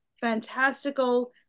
fantastical